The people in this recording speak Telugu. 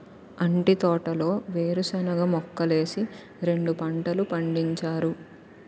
అంటి తోటలో వేరుశనగ మొక్కలేసి రెండు పంటలు పండించారు